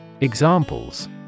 Examples